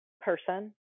person